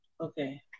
Okay